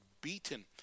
beaten